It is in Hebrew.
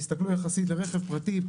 תסתכלו יחסית לרכב פרטי,